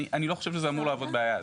אני לא חושב שזה אמור להוות בעיה.